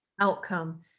outcome